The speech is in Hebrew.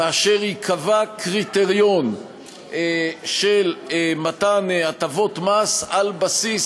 כאשר ייקבע קריטריון של מתן הטבות מס על בסיס